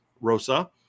Rosa